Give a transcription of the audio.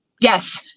Yes